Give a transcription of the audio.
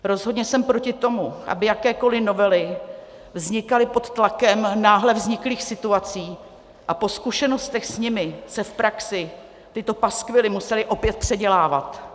Rozhodně jsem proti tomu, aby jakékoliv novely vznikaly pod tlakem náhle vzniklých situací a po zkušenostech s nimi se v praxi tyto paskvily musely opět předělávat.